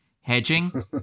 hedging